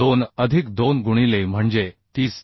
2 अधिक 2 गुणिले E म्हणजे 30